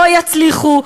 לא יצליחו.